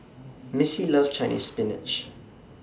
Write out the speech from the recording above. Missie loves Chinese Spinach